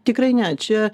tikrai ne čia